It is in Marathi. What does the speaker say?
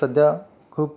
हे सध्या खूप